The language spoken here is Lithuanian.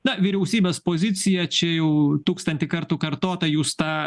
na vyriausybės pozicija čia jau tūkstantį kartų kartota jus tą